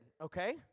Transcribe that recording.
okay